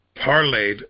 parlayed